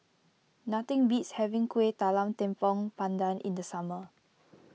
nothing beats having Kueh Talam Tepong Pandan in the summer